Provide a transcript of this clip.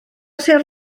sir